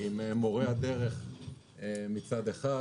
עם מורי הדרך מצד אחד,